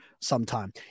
sometime